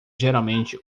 geralmente